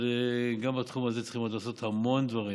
אבל גם בתחום הזה צריכים לעשות עוד המון דברים.